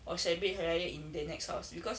or celebrate hari raya in the next house because